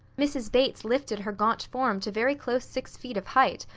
mrs. bates lifted her gaunt form to very close six feet of height,